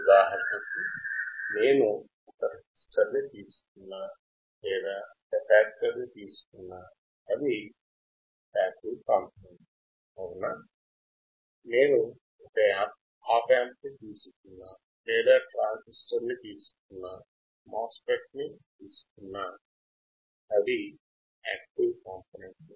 ఉదాహరణకు నేను రెసిస్టర్ లేదా కెపాసిటర్ ని తీసుకుంటే అవి పాసివ్ కాంపొనెంట్లు నేను ఆప్ యాంప్ లేదా ట్రాన్సిస్టర్ లేదా మాస్ ఫెట్ తీసుకుంటే అవి యాక్టివ్ కాంపొనెంట్లు